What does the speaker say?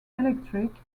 electric